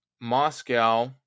Moscow